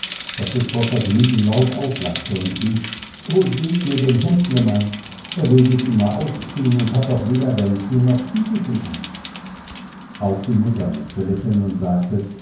daß es vor vergnügen laut auflachte und rief o seht mir den hemdlemann er will sich immer ausziehen und hat doch weder wämschen noch stiefelchen an auch die mutter mußte lächeln und sagte